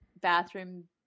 bathroom